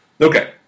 Okay